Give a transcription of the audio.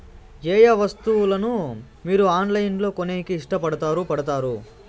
ఏయే వస్తువులను మీరు ఆన్లైన్ లో కొనేకి ఇష్టపడుతారు పడుతారు?